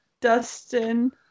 Dustin